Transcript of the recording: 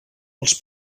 als